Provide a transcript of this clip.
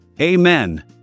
Amen